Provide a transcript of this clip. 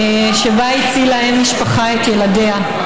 שבה הצילה אם משפחה את ילדיה.